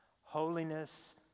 Holiness